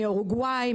מאורוגוואי,